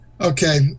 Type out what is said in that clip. Okay